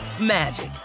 magic